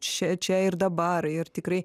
čia čia ir dabar ir tikrai